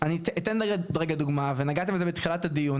אני אתן רגע דוגמא ונגעתם בזה בתחילת הדיון,